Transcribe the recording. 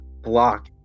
block